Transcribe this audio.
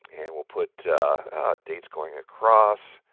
and we'll put dates going across,